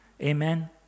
Amen